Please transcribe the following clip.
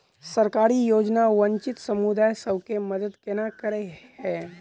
सरकारी योजना वंचित समुदाय सब केँ मदद केना करे है?